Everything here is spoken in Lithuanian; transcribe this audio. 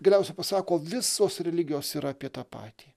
galiausiai pasako visos religijos yra apie tą patį